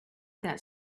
that